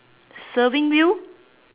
serving wheel